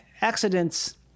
accidents